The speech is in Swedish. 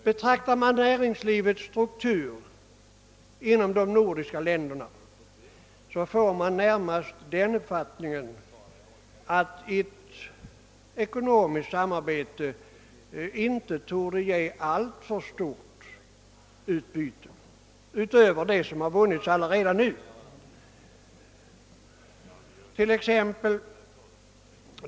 Betraktar man näringslivets struktur inom de nordiska länderna får man närmast den uppfattningen att ett ekonomiskt samarbete torde ge relativt begränsat utbyte, åtminstone på vissa områden.